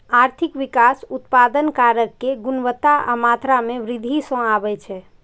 आर्थिक विकास उत्पादन कारक के गुणवत्ता आ मात्रा मे वृद्धि सं आबै छै